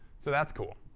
so that's cool.